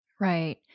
Right